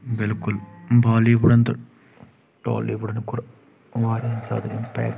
بالکل بالی وُڈن تہٕ ٹالی وُڈن کوٚر واریاہ زیادٕ اِمپیکٹ